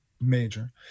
major